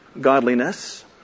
godliness